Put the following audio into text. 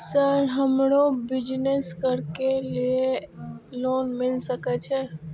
Sir हमरो business करके ली ये लोन मिल सके छे?